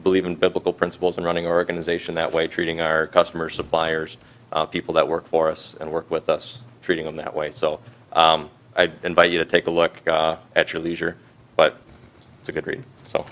believe in biblical principles and running organization that way treating our customers suppliers people that work for us and work with us treating them that way so i did invite you to take a look at your leisure but it's a good rea